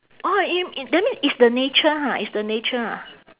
orh you i~ that means it's the nature ha it's the nature ah